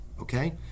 okay